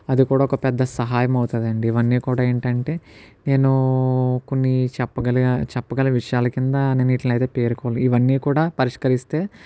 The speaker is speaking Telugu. అది కూడా ఒక పెద్ద సహాయం అవుతుందండి ఇవన్నీ కూడా ఏంటేంటే నేను కొన్ని చెప్పగ చెప్పగల విషయాల కింద నేను వీటిని పేర్కొ ఇవన్నీ కూడా పరిష్కరిస్తే